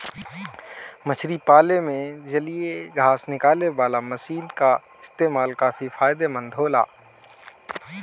मछरी पाले में जलीय घास निकालेवाला मशीन क इस्तेमाल काफी फायदेमंद होला